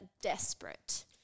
desperate